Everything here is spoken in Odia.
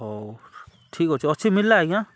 ହଉ ଠିକ୍ ଅଛେ ଅଛି ମିଲ୍ଲା ଆଜ୍ଞା